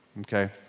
okay